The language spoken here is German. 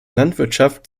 landwirtschaft